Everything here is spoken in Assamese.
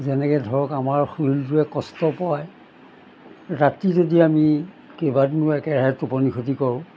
যেনেকে ধৰক আমাৰ শৰীৰটোৱে কষ্ট পায় ৰাতি যদি আমি কেইবাদিনো একেৰাহে টোপনি খতি কৰোঁ